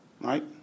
Right